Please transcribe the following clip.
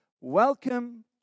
welcome